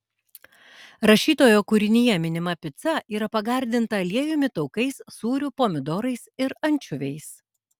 rašytojo kūrinyje minima pica yra pagardinta aliejumi taukais sūriu pomidorais ir ančiuviais